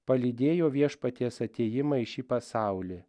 palydėjo viešpaties atėjimą į šį pasaulį